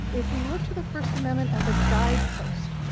if we looked to the first amendment as a guidepost,